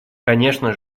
конечно